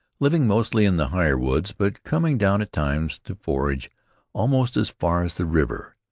living mostly in the higher woods, but coming down at times to forage almost as far as the river.